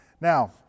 Now